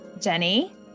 Jenny